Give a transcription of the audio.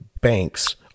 banks